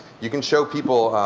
you can show people